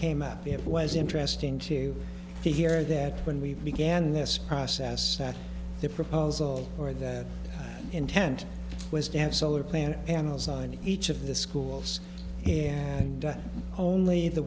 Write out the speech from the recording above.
came out it was interesting to hear that when we began this process that the proposal or the intent was to have solar planet animals on each of the schools and only the